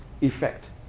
effect